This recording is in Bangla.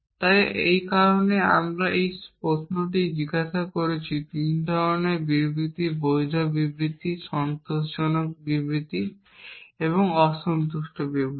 তাই এই কারণেই আমি এই প্রশ্নটি জিজ্ঞাসা করছি 3 ধরণের বিবৃতি বৈধ বিবৃতি সন্তোষজনক বিবৃতি এবং অসন্তুষ্ট বিবৃতি